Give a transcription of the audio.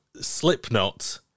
Slipknot